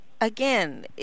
again